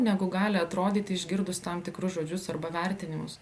negu gali atrodyti išgirdus tam tikrus žodžius arba vertinimus